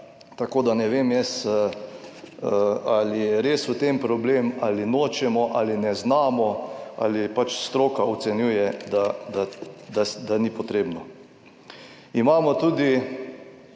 Tako, da ne vem jaz ali je res v tem problem ali nočemo ali ne znamo ali pač. Stroka ocenjuje, da ni potrebno. Imamo tudi